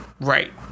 Right